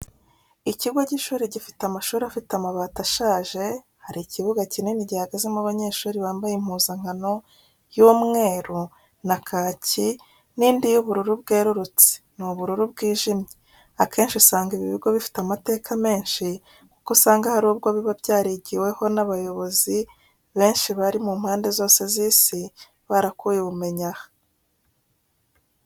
Ikigo cy'ishuri gifite amashuri afite amabati ashaje, hari ikibuga kinini gihagazemo abanyeshuri bambaye impuzankano y'umweru na kaki n'indi y, y'ubururu bwererutse n'ubururu bwijimye. Akenshi usanga ibi bigo bifite amateka menshi kuko usanga hari ubwo biba byarigiyeho n'abayobozi benshi bari mu mpande zose z'isi barakuye ubumenyi aha.